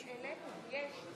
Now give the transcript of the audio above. יש?